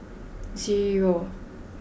zero